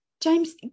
James